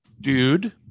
dude